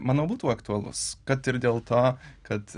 manau būtų aktualus kad ir dėl to kad